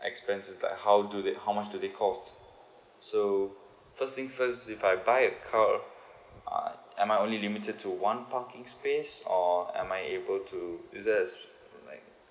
expenses like how do they how much do they cost so first thing first if I buy a car uh am I only limited to one parking space or am I able to is that as like